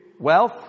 wealth